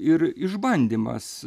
ir išbandymas